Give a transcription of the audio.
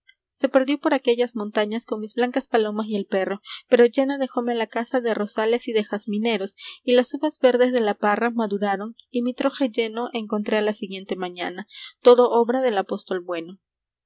se perdió por aquellas montañas con mis blancas palomas y el perro pero llena dejóme la casa de rosales y de jazmineros y las uvas verdes de la parra maduraron y mi troje lleno encontré a la siguiente mañana todo obra del apóstol bueno